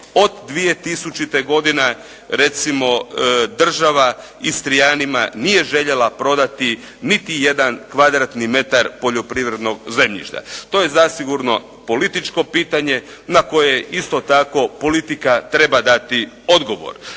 od 2000. godine recimo država Istrijanima nije željela prodati niti jedan kvadratni metar poljoprivrednog zemljišta. To je zasigurno političko pitanje na koje isto tako politika treba dati odgovor,